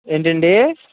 ఏంటండి